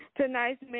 Tonight's